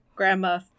grandma